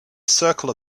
circle